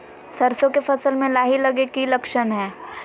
सरसों के फसल में लाही लगे कि लक्षण हय?